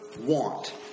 want